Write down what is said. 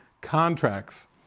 contracts